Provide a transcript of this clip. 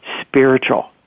spiritual